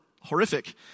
horrific